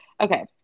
okay